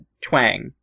twang